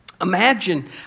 imagine